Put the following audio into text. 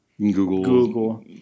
Google